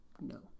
No